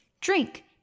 Drink